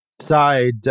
side